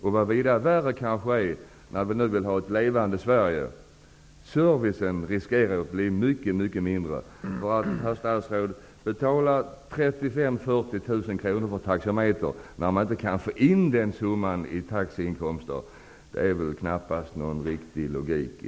Vad som kanske är värre -- när vi nu vill ha ett levande Sverige -- är att servicen riskerar att bli mycket sämre. Att betala 35 000-- 40 000 kr för en taxameter, herr statsråd, när man inte kan få in den summan i taxiinkomster finns det väl knappast någon riktig logik i.